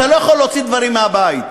אתה לא יכול להוציא דברים מהבית.